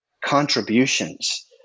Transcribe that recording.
contributions